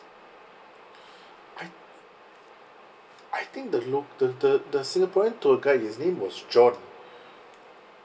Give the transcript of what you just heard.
I I think the lo~ the the the singaporean tour guide his name was john